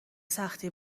سختی